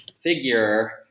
figure